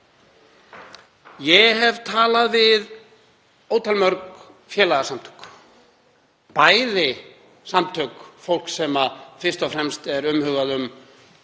Ég hef talað við ótalmörg félagasamtök, bæði samtök fólks sem fyrst og fremst er umhugað um